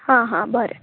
हां हां बरें